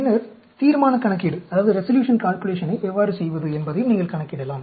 பின்னர் தீர்மானக் கணக்கீட்டை எவ்வாறு செய்வது என்பதையும் நீங்கள் கணக்கிடலாம்